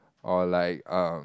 or like um